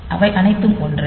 அவை அனைத்தும் ஒன்றே